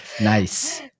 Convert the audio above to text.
nice